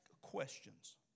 questions